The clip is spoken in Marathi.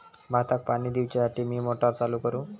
भाताक पाणी दिवच्यासाठी मी मोटर चालू करू?